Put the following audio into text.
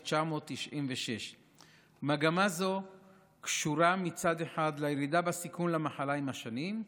1996. מגמה זו קשורה מצד אחד לירידה בסיכון למחלה עם השנים,